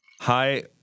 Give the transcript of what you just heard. Hi